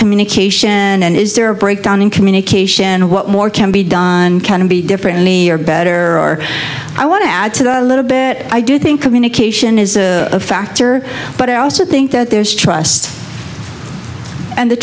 communication and is there a breakdown in communication and what more can be done can be different any are better or i want to add to that a little bit i do think communication is a factor but i also think that there's trust and the